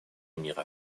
мира